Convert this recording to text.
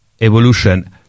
evolution